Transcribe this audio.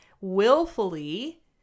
willfully